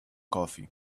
coffee